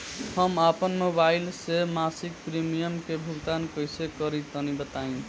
हम आपन मोबाइल से मासिक प्रीमियम के भुगतान कइसे करि तनि बताई?